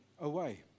away